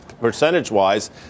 percentage-wise